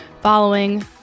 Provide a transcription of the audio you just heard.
following